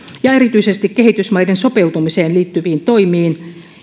ja erityisesti kehitysmaiden sopeutumiseen liittyviin toimiin